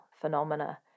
phenomena